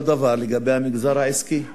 אותו דבר לגבי המגזר העסקי.